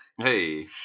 Hey